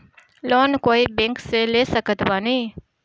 Loan कोई bank से ले सकत बानी?